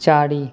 चारि